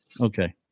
Okay